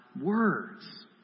words